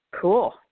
Cool